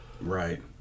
Right